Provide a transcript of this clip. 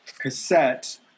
cassette